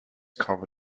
cover